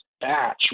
batch